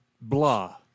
blah